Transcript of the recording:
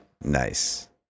Nice